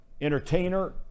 entertainer